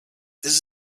this